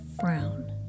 frown